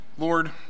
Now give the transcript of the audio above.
Lord